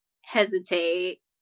hesitate